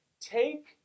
take